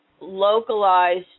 localized